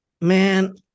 Man